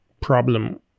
problem